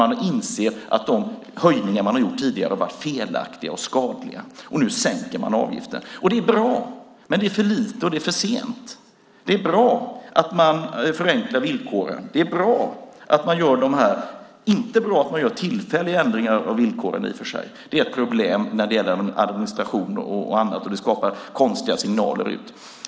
Man inser att de höjningar man har gjort tidigare har varit felaktiga och skadliga. Nu sänker man avgiften. Det är bra, men det är för lite och det är för sent. Det är bra att man förenklar villkoren. Det är i och för sig inte bra att man gör tillfälliga ändringar av villkoren. Det är ett problem när det gäller administration och annat. Det skapar konstiga signaler.